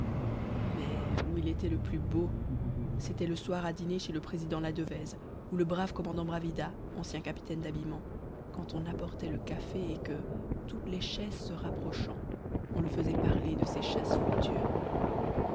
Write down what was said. mais où il était le plus beau c'était le soir à dîner chez le président ladevèze ou le brave commandant bravida ancien capitaine d'habillement quand on apportait le café et que toutes les chaises se rapprochant on le faisait parler de ses chasses futures